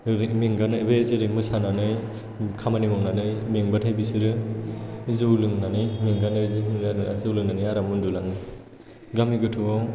मेंगानो जेरै मोसानानै खामानि मावनानै मेंबाथाय बिसोरो जौ लोंनानै मेंगानो जौ लोंनानै आराम उन्दु लाङो गामि गोथौआव